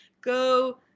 go